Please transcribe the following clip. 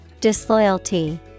Disloyalty